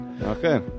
okay